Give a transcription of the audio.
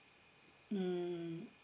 mm